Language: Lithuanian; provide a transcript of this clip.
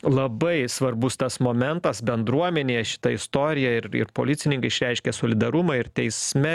labai svarbus tas momentas bendruomenėje šita istorija ir ir policininkai išreiškė solidarumą ir teisme